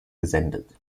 gesendet